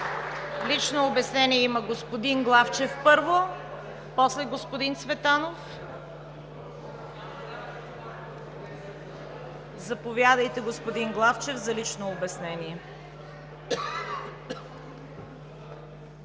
Лично обяснение има господин Главчев, първо, после господин Цветанов. Заповядайте, господин Главчев, за лично обяснение.